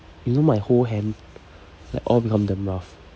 you know my whole hand like all become damn rough